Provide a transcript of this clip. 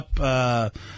up